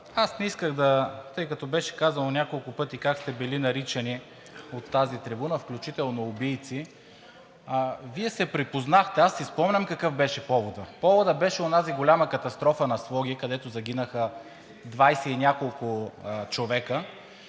Иванов, тъй като беше казано няколко пъти как сте били наричани от тази трибуна, включително „убийци“, Вие се припознахте. Аз си спомням какъв беше поводът. Поводът беше онази голяма катастрофа на Своге, където загинаха 20 и няколко човека,